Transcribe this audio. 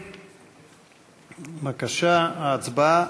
בבקשה, ההצבעה